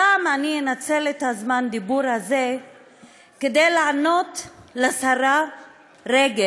הפעם אני אנצל את זמן הדיבור הזה כדי לענות לשרה רגב,